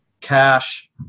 cash